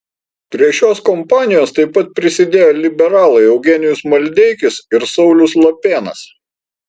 prie šios kompanijos taip pat prisidėjo liberalai eugenijus maldeikis ir saulius lapėnas